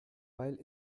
weil